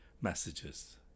messages